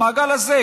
המעגל הזה.